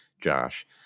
Josh